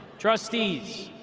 trustees,